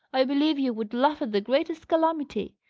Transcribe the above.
i believe you would laugh at the greatest calamity!